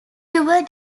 tour